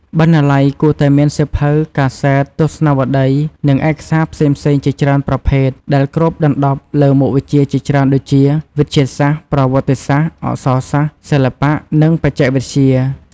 បណ្ណាល័យគួរតែមានសៀវភៅ កាសែត ទស្សនាវដ្តី និងឯកសារផ្សេងៗជាច្រើនប្រភេទ ដែលគ្របដណ្តប់លើមុខវិជ្ជាជាច្រើនដូចជា វិទ្យាសាស្ត្រ ប្រវត្តិសាស្ត្រ អក្សរសាស្ត្រ សិល្បៈ និងបច្ចេកវិទ្យា។